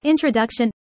Introduction